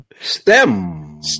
Stem